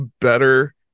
better